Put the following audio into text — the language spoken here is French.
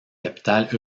capitales